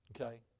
Okay